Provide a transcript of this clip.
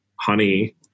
honey